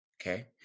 Okay